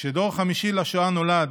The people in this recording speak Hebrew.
כשדור חמישי לשואה נולד